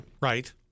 Right